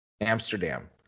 Amsterdam